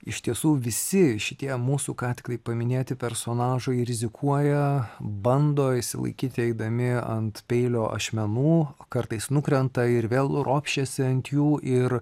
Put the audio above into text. iš tiesų visi šitie mūsų ką tiktai paminėti personažai rizikuoja bando išsilaikyti eidami ant peilio ašmenų kartais nukrenta ir vėl ropščiasi ant jų ir